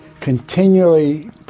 continually